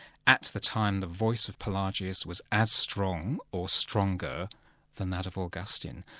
at the time the voice of pelagius was as strong or stronger than that of augustine.